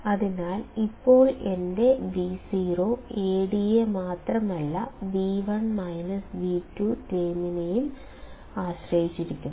അതിനാൽ ഇപ്പോൾ എന്റെ Vo Ad യ മാത്രമല്ല V1 V2 ടേമിനെയും ആശ്രയിച്ചിരിക്കും